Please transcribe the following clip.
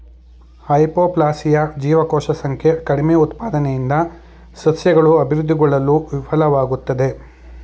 hypoplasia ಜೀವಕೋಶ ಸಂಖ್ಯೆ ಕಡಿಮೆಉತ್ಪಾದನೆಯಿಂದ ಸಸ್ಯಗಳು ಅಭಿವೃದ್ಧಿಗೊಳ್ಳಲು ವಿಫಲ್ವಾಗ್ತದೆ